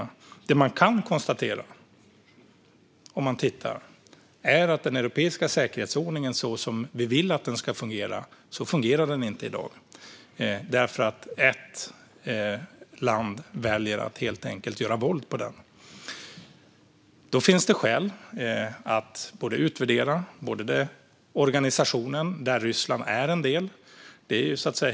Det som man kan konstatera är att den europeiska säkerhetsordningen i dag inte fungerar så som vi vill att den ska fungera därför att ett land väljer att helt enkelt göra våld på den. Då finns det skäl att utvärdera organisationen, där Ryssland är en del.